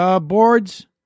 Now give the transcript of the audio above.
boards